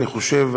אני חושב,